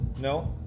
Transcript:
No